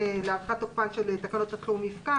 להארכת תוקפן של תקנות שעת חירום יפקע